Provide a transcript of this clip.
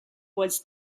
was